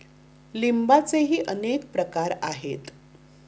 लिंबाचेही अनेक प्रकार आहेत